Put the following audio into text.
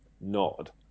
nod